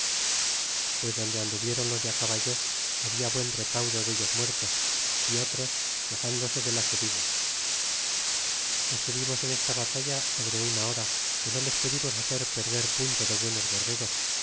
pues donde anduvieron los de caballo habia buen recaudo dellos muertos y otros quexndose de las heridas estuvimos en esta batalla sobre una hora que no les pudimos hacer perder punto de buenos guerreros